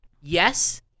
Yes